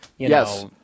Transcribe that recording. Yes